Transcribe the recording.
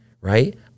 right